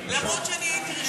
בבקשה.